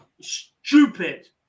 Stupid